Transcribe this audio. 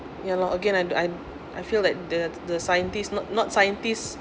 you know again I I I feel like the the scientists not not scientists